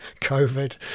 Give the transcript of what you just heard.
COVID